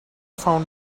found